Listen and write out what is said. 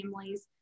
families